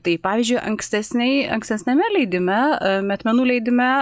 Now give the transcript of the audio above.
tai pavyzdžiui ankstesnieji ankstesniame leidime metmenų leidime